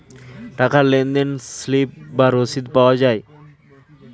টাকার লেনদেনে স্লিপ বা রসিদ পাওয়া যায়